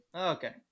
Okay